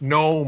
no